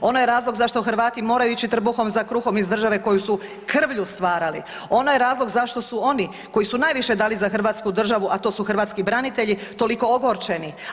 Ono je razlog zašto Hrvati moraju ići trbuhom za kruhom iz države koju su krvlju stvarali, ono je razlog zašto su oni koji su najviše dali za Hrvatsku državu a to su hrvatski branitelji toliko ogorčeni.